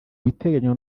ibiteganywa